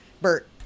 Bert